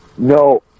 No